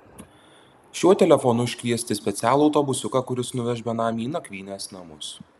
šiuo telefonu iškviesti specialų autobusiuką kuris nuveš benamį į nakvynės namus